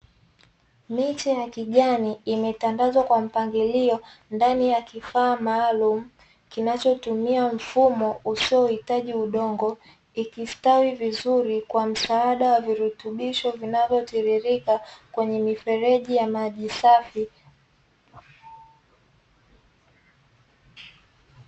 Miche ya kijani imetandazwa kwa mpangilio ndani ya kifaa maalumu kinachotumia mfumo usiohitaji udongo ikistawi vizuri kwa msaada wa virutubisho vinavyotiririka kwenye mifereji ya maji safi.